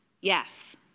Yes